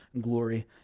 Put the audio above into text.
glory